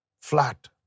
Flat